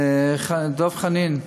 דב חנין,